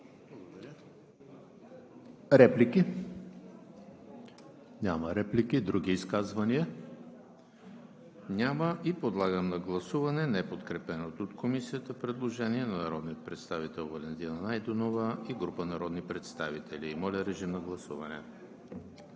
Реплики? Няма. Други изказвания? Няма. Подлагам на гласуване неподкрепеното от Комисията предложение на народния представител Валентина Найденова и група народни представители. Гласували